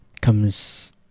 comes